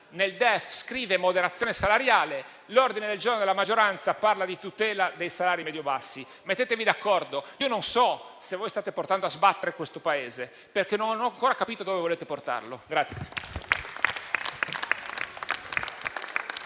nel DEF scrive di moderazione salariale e l'ordine del giorno della maggioranza parla di tutela dei salari medio-bassi: mettetevi d'accordo; non so se state portando a sbattere questo Paese, perché non ho ancora capito dove volete portarlo.